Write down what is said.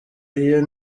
iyo